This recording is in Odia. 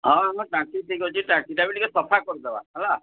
ହଁ ଆମ ଟାଙ୍କି ଠିକ ଅଛି ଟାଙ୍କିଟା ବି ଟିକିଏ ସଫା କରିଦେବା ହେଲା